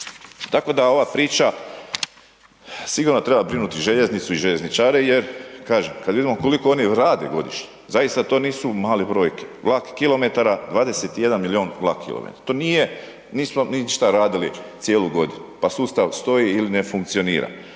tako da ova priča sigurno treba brinuti željeznicu i željezničare jer kažem kad vidimo koliko oni rade godišnje zaista to nisu male brojke, vlak kilometara, 21 milijun vlak kilometara, to nije, nismo ništa radili cijelu godinu, pa sustav stoji ili ne funkcionira,